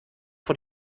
vor